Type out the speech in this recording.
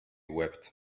wept